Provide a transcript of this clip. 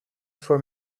for